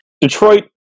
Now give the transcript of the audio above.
Detroit